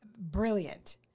Brilliant